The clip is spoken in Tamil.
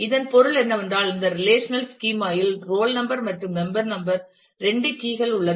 இதன் பொருள் என்னவென்றால் இந்த ரெலேஷனல் ஸ்கீமா இல் ரோல் நம்பர் மற்றும் மெம்பர் நம்பர் இரண்டு கீ கள் உள்ளன